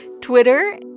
Twitter